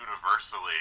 universally